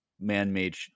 man-made